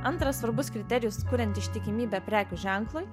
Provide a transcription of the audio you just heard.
antras svarbus kriterijus kuriant ištikimybę prekių ženklui